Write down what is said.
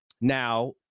Now